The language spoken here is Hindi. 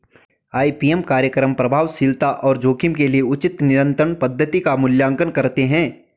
आई.पी.एम कार्यक्रम प्रभावशीलता और जोखिम के लिए उचित नियंत्रण पद्धति का मूल्यांकन करते हैं